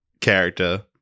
character